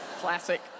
Classic